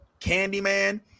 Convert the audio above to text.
Candyman